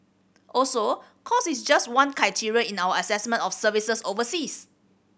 also cost is just one criteria in our assessment of services overseas